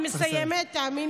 תודה רבה.